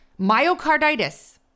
Myocarditis